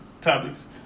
topics